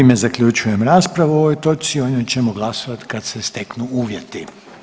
Time zaključujem raspravu o ovoj točci, o njoj ćemo glasovati kad se steknu uvjeti.